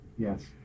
Yes